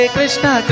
Krishna